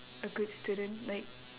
a good student like